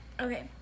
Okay